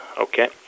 okay